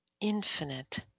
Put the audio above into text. infinite